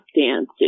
dances